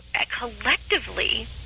collectively